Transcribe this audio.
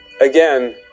Again